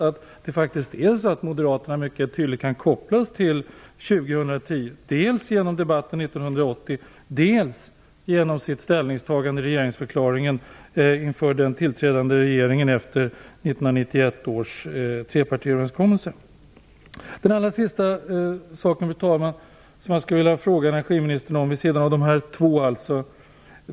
Kan inte Moderaterna mycket tydligt kopplas till 2010 som slutår dels genom debatten 1980, dels genom sitt ställningstagande i den tillträdande regeringens regeringsförklaring efter 1991 års trepartiöverenskommelse? Vid sidan av dessa två saker vill jag fråga energiministern om en tredje, fru talman.